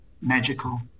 magical